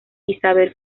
isabel